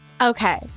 Okay